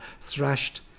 thrashed